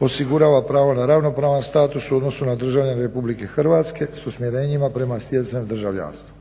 osigurava pravo na ravnopravan status u odnosu na državljane RH s usmjerenjima prema stjecanju državljanstva.